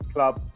Club